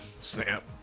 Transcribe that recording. Snap